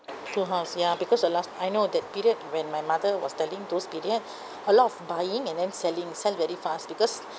two house ya because the last I know that period when my mother was telling those period a lot of buying and then selling sell very fast because